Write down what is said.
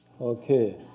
Okay